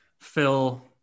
Phil